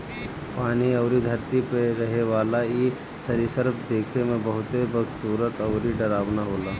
पानी अउरी धरती पे रहेवाला इ सरीसृप देखे में बहुते बदसूरत अउरी डरावना होला